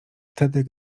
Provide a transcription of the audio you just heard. wtedy